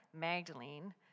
Magdalene